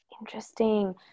Interesting